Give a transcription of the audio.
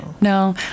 No